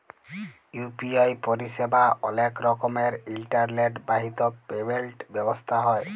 UPI পরিসেবা অলেক রকমের ইলটারলেট বাহিত পেমেল্ট ব্যবস্থা হ্যয়